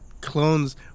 clones